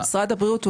סיגריות אלקטרוניות,